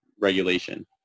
regulation